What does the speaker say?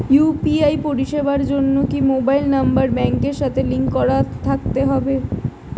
UPI পরিষেবার জন্য কি মোবাইল নাম্বার ব্যাংকের সাথে লিংক করা থাকতে হবে?